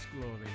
glory